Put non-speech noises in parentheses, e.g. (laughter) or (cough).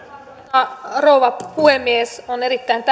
arvoisa rouva puhemies on erittäin (unintelligible)